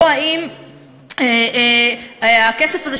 או האם הכסף הזה,